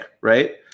right